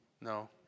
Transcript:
No